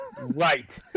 Right